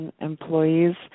employees